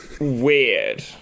weird